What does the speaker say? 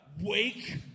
wake